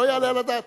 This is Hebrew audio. הרי לא יעלה על הדעת.